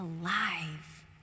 alive